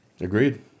agreed